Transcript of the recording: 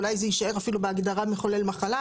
אולי זה יישאר אפילו בהגדרה מחו"ל מחלה.